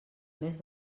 mes